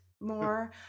more